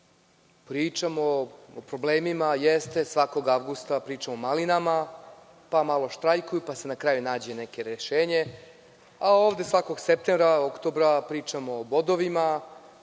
Pričamo o problemima, jeste, svakog avgusta pričamo o malinama, pa malo štrajkuju pa se na kraju nađe neko rešenje, a ovde svakog septembra, oktobra pričamo o bodovima,